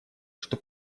что